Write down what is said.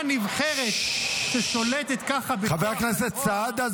נבחרת ששולטת ככה בכוח הזרוע -- חבר הכנסת סעדה,